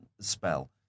spell